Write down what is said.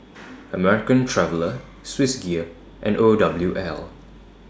American Traveller Swissgear and O W L